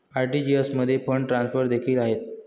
RTGS मध्ये fund transfer देखील आहेत